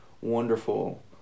wonderful